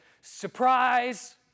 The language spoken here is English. surprise